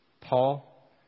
Paul